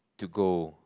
to go